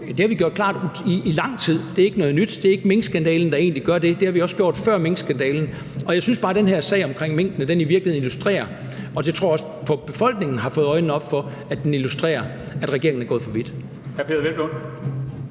Det har vi gjort klart i lang tid. Det er ikke noget nyt. Det er ikke minkskandalen, der gør det. Det sagde vi også før minkskandalen. Jeg synes bare, at den her sag omkring minkene i virkeligheden illustrerer – det tror jeg også at befolkningen har fået øjnene op for – at regeringen er gået for vidt.